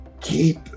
Keep